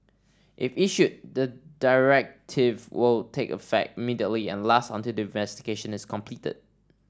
if issued the directive will take effect immediately and last until the investigation is completed